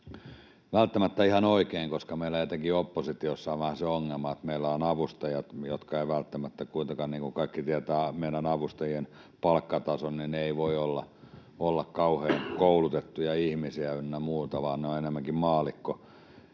välttämättä ihan oikein, koska etenkin meillä oppositiossa on vähän se ongelma, että meillä on avustajat, jotka eivät välttämättä kuitenkaan — niin kuin kaikki tietävät meidän avustajien palkkatason — voi olla kauhean koulutettuja ihmisiä ynnä muuta, vaan he ovat enemmänkin maallikkoavustajia,